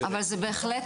אבל זה בהחלט,